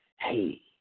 Hey